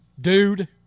dude